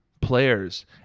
players